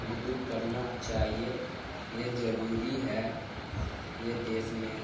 اردو پڑھنا چاہیے یہ ضروری ہے یہ دیس میں